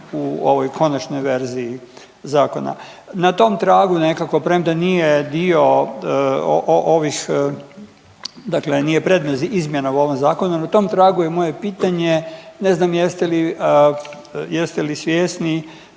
u ovoj konačnoj verziji zakona. Na tom tragu nekako premda nije dio ovih, dakle nije predmet izmjena u ovom zakonu, na tom tragu je i moje pitanje. Ne znam jeste li svjesni